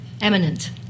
eminent